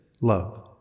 love